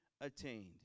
attained